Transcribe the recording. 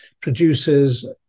produces